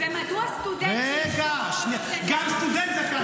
ומדוע סטודנט שאשתו יוצאת לעבוד --- גם סטודנט זכאי.